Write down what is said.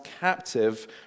captive